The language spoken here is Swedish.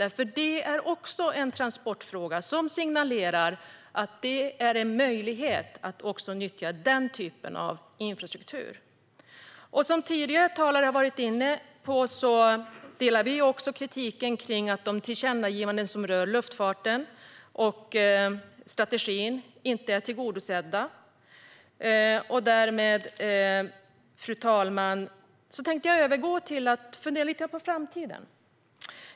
Detta är också en transportfråga som signalerar att det är en möjlighet att nyttja också denna typ av infrastruktur. Som tidigare talare har varit inne på delar vi kritiken som gäller att de tillkännagivanden som rör luftfarten och strategin inte är tillgodosedda. Fru talman! Därmed tänkte jag övergå till att fundera lite grann på framtiden.